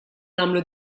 nagħmlu